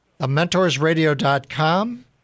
thementorsradio.com